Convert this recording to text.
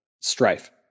strife